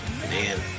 Man